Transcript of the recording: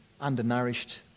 Undernourished